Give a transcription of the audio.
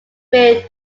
made